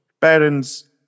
parents